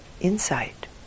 insight